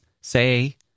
say